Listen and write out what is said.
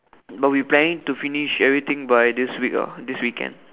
no we planning to finish everything by this week ah this weekend